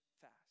fast